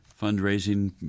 fundraising